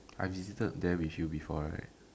I visited there with you before right